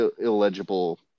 illegible